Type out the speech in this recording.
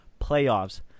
Playoffs